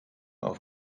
auf